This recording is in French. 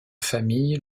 famille